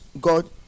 God